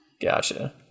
gotcha